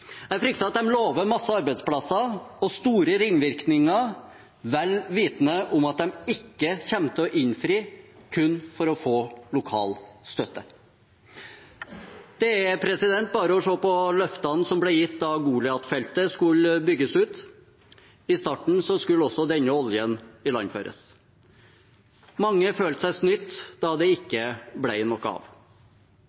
Jeg frykter at de lover mange arbeidsplasser og store ringvirkninger vel vitende om at de ikke kommer til å innfri – kun for å få lokal støtte. Det er bare å se på løftene som ble gitt da Goliat-feltet skulle bygges ut. I starten skulle også denne oljen ilandføres. Mange følte seg snytt da det